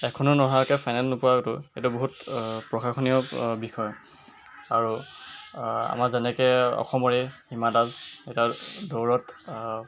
এখনো নহৰাকৈ ফাইনেল নোপোৱাতো এইটো বহুত প্ৰশংসনীয় বিষয় আৰু আমাৰ যেনেকৈ অসমৰে হীমা দাস এতিয়া দৌৰত